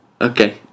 Okay